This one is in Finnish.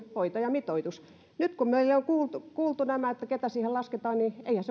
hoitajamitoitus nyt kun meillä on kuultu kuultu nämä ketä siihen lasketaan niin eihän se